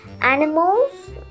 animals